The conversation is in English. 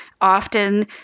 often